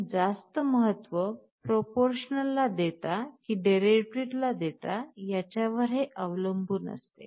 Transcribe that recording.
आपण जास्त महत्व प्रोपोरशनल ला देता की डेरिवेटिव ला देता याच्यावर हे अवलंबून असते